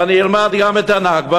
ואני אלמד גם את הנכבה,